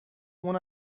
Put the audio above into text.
اون